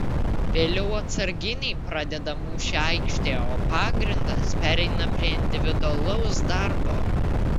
vėliau atsarginiai pradeda mūšį aikštėje o pagrindas pereina prie individualaus darbo